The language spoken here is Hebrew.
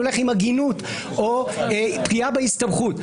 אני הולך עם הגינות, או פגיעה בהסתבכות.